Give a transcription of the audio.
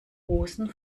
hosen